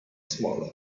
smaller